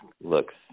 looks